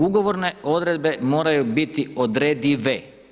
Ugovorne odredbe moraju biti odredive.